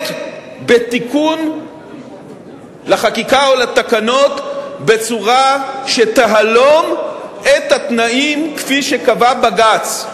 מותנית בתיקון לחקיקה או לתקנות בצורה שתהלום את התנאים שקבע בג"ץ.